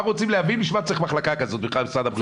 אנחנו רוצים להבין בשביל מה צריך מחלקה כזאת במשרד הבריאות.